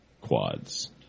quads